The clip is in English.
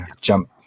jump